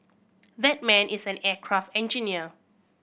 that man is an aircraft engineer